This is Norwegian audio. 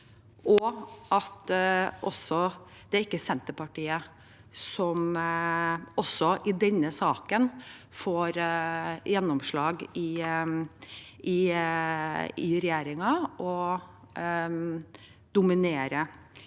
og at det ikke er Senterpartiet som også i denne saken får gjennomslag i regjeringen og dominerer